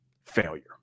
failure